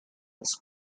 los